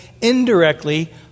indirectly